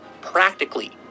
practically